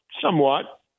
somewhat